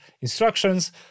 instructions